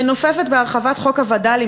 מנופפת בהרחבת חוק הווד"לים,